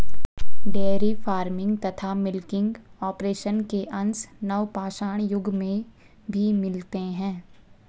dairy farming तथा milking operation के अंश नवपाषाण युग में भी मिलते हैं